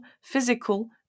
physical